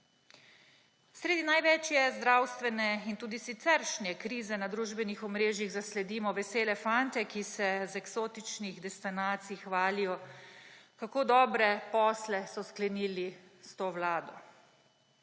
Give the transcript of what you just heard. Sredi največje zdravstvene in tudi siceršnje krize na družbenih omrežjih zasledimo vesele fante, ki se z eksotičnih destinacij hvalijo, kako dobre posle so sklenili s to vlado.